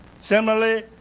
Similarly